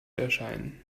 erscheinen